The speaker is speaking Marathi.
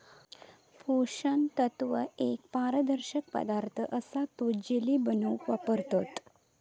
पोषण तत्व एक पारदर्शक पदार्थ असा तो जेली बनवूक वापरतत